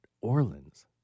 Orleans